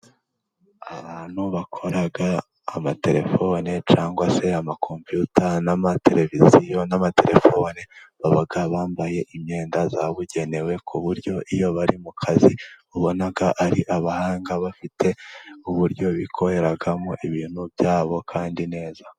Abantu bakora amaterefone, cyangwa se amakompiyuta, amatereviziyo, n'amatelefone baba bambaye imyenda yabugenewe ku buryo iyo bari mu kazi babona ari abahanga bafite uburyo bikoreramo ibintu byabo kandi neza.